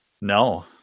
No